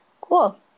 Cool